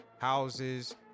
houses